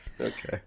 Okay